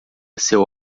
seu